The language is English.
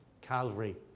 Calvary